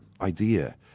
idea